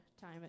time